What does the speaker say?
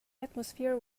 atmosphere